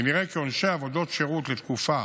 ונראה כי עונשי עבודות שירות לתקופות